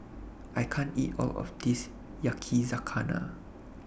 I can't eat All of This Yakizakana